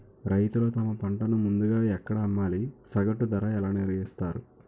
రైతులు తమ పంటను ముందుగా ఎక్కడ అమ్మాలి? సగటు ధర ఎలా నిర్ణయిస్తారు?